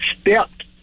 stepped